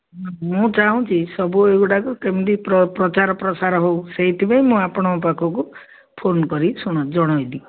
ମୁଁ ଚାହୁଁଛି ସବୁ ଏଗୁଡ଼ାକ କେମିତି ପ୍ରଚାର ପ୍ରସାର ହେଉ ସେଇଥିପାଇଁ ମୁଁ ଆପଣଙ୍କ ପାଖକୁ ଫୋନ୍ କରି ଶୁଣ ଜଣାଇଲି